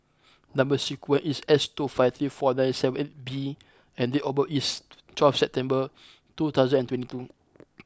number sequence is S two five three four nine seven eight B and date of birth is twelfth September two thousand and twenty two